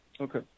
Okay